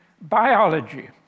biology